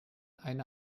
eine